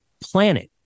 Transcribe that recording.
planet